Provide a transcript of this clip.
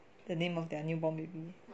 the name of their newborn baby